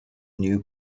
new